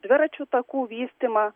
dviračių takų vystymą